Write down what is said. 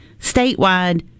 statewide